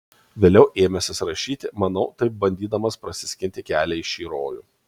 vėliau ėmęsis rašyti manau taip bandydamas prasiskinti kelią į šį rojų